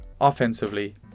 offensively